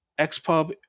XPUB